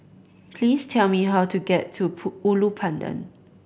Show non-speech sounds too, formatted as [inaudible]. please tell me how to get to [unintelligible] Ulu Pandan